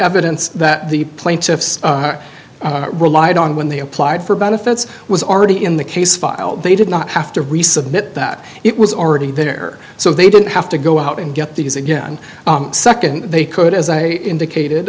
evidence that the plaintiffs relied on when they applied for benefits was already in the case file they did not have to resubmit that it was already there so they didn't have to go out and get these again second they could as i indicated